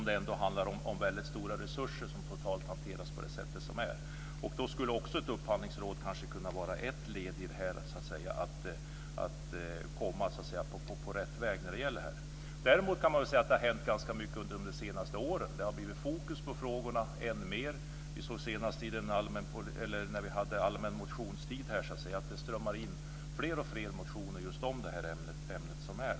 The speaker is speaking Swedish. Det handlar ändå om väldigt stora resurser som totalt hanteras. Där skulle kanske ett upphandlingsråd kunna vara ett led att komma på rätt väg. Det har hänt ganska mycket under de senaste åren. Det har än mer blivit fokus på frågorna. Under den allmänna motionstiden nu senast strömmade det in alltfler motioner om detta ämne.